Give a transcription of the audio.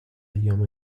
ایام